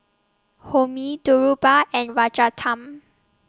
Homi Dhirubhai and Rajaratnam